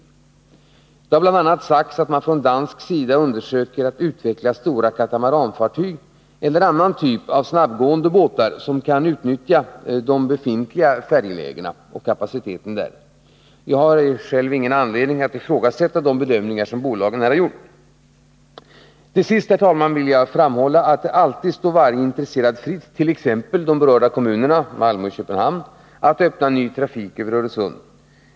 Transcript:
Exempelvis har rapporterats att man från dansk sida undersöker möjligheten att utveckla stora katamaranfartyg eller annan typ av modernt snabbgående tonnage som kan utnyttja befintlig färjelägeskapacitet. Jag har ingen anledning att ifrågasätta bolagens bedömningar. Slutligen vill jag framhålla att det alltid står varje intresserad, t.ex. de berörda kommunerna, fritt att öppna ny trafik över Öresund.